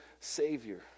savior